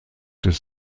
des